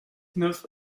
neuf